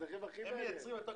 נשר בעד